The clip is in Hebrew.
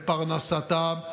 לפרנסתם,